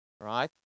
right